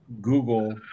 Google